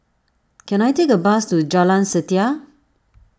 can I take a bus to Jalan Setia